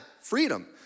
freedom